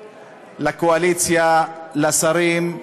לקואליציה, לשרים,